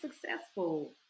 successful